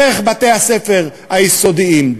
דרך בתי-הספר היסודיים,